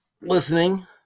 listening